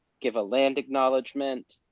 give a land acknowledgement,